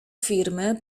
firmy